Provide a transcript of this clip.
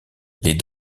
les